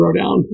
Throwdown